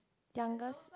youngest